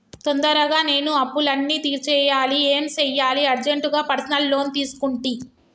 తొందరగా నేను అప్పులన్నీ తీర్చేయాలి ఏం సెయ్యాలి అర్జెంటుగా పర్సనల్ లోన్ తీసుకుంటి